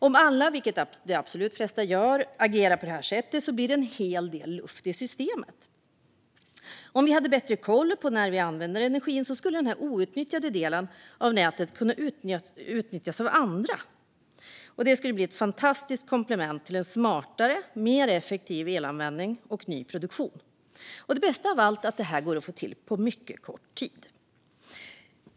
Om alla agerar på det här sättet, vilket de absolut flesta gör, blir det en hel del luft i systemet. Om vi hade bättre koll på när vi använder energin skulle den här outnyttjade delen av nätet kunna nyttjas av andra. Det skulle bli ett fantastiskt komplement till en smartare, mer effektiv elanvändning och ny produktion. Och det bästa av allt är att det går att få till på mycket kort tid.